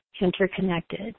interconnected